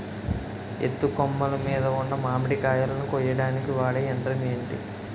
ఎత్తు కొమ్మలు మీద ఉన్న మామిడికాయలును కోయడానికి వాడే యంత్రం ఎంటి?